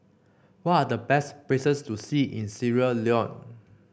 what are the best places to see in Sierra Leone